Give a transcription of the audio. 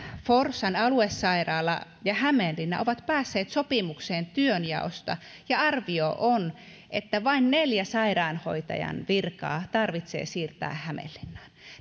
forssan aluesairaala ja hämeenlinna ovat päässeet sopimuksen työnjaosta ja arvio on että vain neljä sairaanhoitajan virkaa tarvitsee siirtää hämeenlinnaan